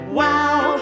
wow